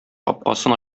капкасын